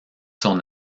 son